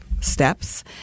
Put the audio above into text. steps